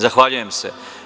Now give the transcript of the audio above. Zahvaljujem se.